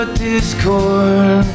discord